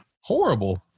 Horrible